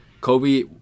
Kobe